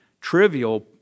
trivial